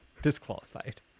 Disqualified